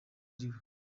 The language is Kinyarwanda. uriwe